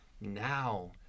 now